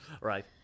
Right